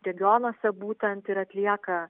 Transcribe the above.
regionuose būtent ir atlieka